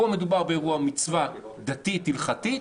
פה מדובר במצווה דתית הלכתית,